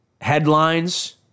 headlines